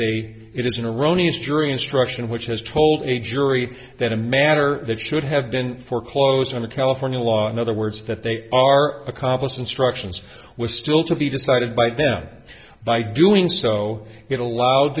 a it is an erroneous jury instruction which has told a jury that a matter that should have been foreclosed on a california law in other words that they are accomplice instructions were still to be decided by them by doing so it allowed